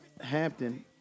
Hampton